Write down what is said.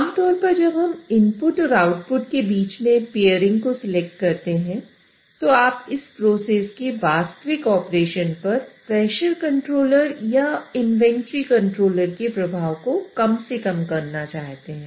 आमतौर पर जब हम इनपुट और आउटपुट के बीच में पेयरिंग का उपयोग करते हैं